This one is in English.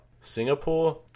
Singapore